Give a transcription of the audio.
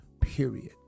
period